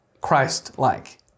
Christ-like